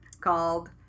called